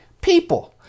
people